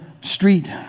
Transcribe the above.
street